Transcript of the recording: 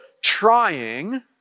trying